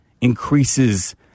increases